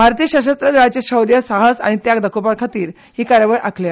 भारतीय सशस्त्र दळाचें शौय साहस आनी त्याग दाखोवपा खातीर ही कार्यावळ आंखल्या